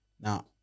now